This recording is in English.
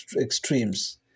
extremes